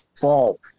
fall